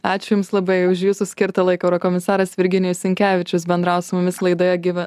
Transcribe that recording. ačiū jums labai už jūsų skirtą laiką eurokomisaras virginijus sinkevičius bendravo su mumis laidoje gyve